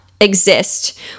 exist